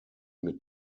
mit